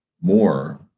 more